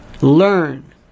Learn